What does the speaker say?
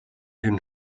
den